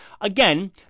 Again